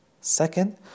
Second